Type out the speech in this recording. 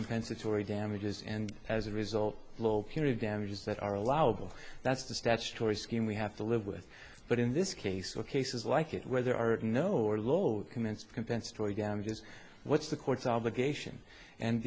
compensatory damages and as a result low punitive damages that are allowable that's the statutory scheme we have to live with but in this case with cases like it where there are no or lot commenced compensatory damages what's the court's obligation and